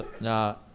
Now